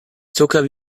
zucker